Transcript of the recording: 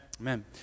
Amen